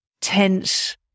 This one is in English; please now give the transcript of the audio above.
tense